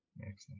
Excellent